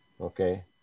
okay